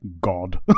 God